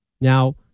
Now